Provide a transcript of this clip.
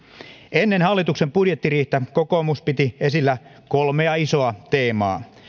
ennen hallituksen budjettiriihtä kokoomus piti esillä kolmea isoa teemaa